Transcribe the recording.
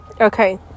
Okay